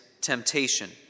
temptation